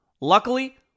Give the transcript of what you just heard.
Luckily